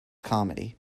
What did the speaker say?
comedy